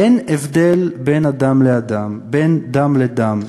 אין הבדל בין אדם לאדם, בין דם לדם.